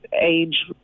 age